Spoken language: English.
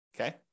Okay